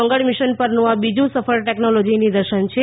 મંગળ mission પરનું આ બીજું સફળ ટેકનોલોજી નિદર્શન છે